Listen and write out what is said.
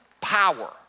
power